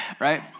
right